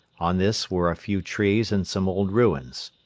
on this were a few trees and some old ruins.